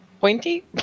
pointy